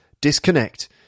Disconnect